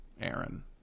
Aaron